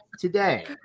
today